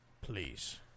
Please